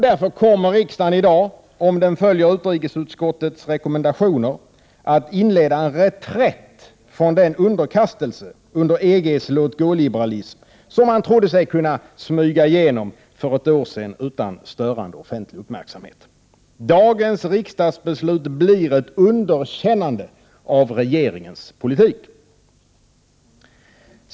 Därför kommer riksdagen i dag — om den följer utrikesutskottets rekommendationer — att inleda en reträtt från den underkastelse under EG:s låt-gå-liberalism som man trodde sig kunna smyga igenom för ett år sedan utan störande offentlig uppmärksamhet. Dagens riksdagsbeslut blir ett underkännande av regeringens EG-politik.